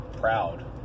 proud